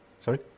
Sorry